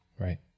Right